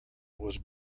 was